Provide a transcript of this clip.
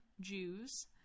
Jews